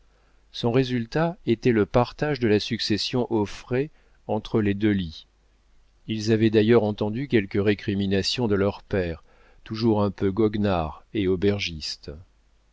son résultat était le partage de la succession auffray entre les deux lits ils avaient d'ailleurs entendu quelques récriminations de leur père toujours un peu goguenard et aubergiste